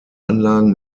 anlagen